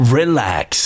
relax